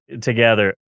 together